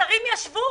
והשרים דנו בזה.